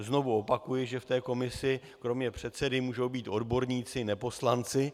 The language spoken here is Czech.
Znovu opakuji, že v komisi kromě předsedy mohou být odborníci neposlanci.